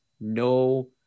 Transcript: No